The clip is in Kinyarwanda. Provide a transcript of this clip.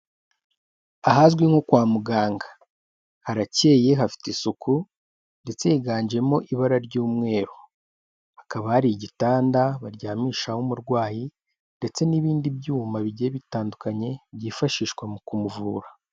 Ahazwi nko kwa muganga. Harakeye, hafite isuku, ndetse higanjemo ibara ry'umweru. Hakaba hari igitanda baryamishaho umurwayi, ndetse n'ibindi byuma bigiye bitandukanye, byifashishwa mu kumuvura.